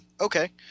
okay